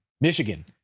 Michigan